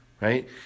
right